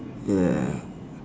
ya